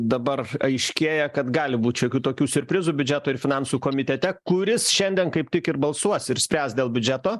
dabar aiškėja kad gali būt šiokių tokių siurprizų biudžeto ir finansų komitete kuris šiandien kaip tik ir balsuos ir spręs dėl biudžeto